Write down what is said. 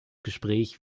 gespräch